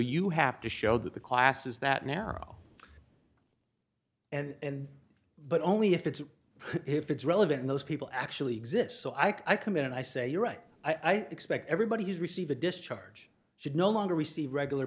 you have to show that the class is that narrow and but only if it's if it's relevant in those people actually exist so i come in and i say you're right i expect everybody has received a discharge should no longer receive regular